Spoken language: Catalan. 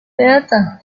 beata